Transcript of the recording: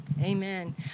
amen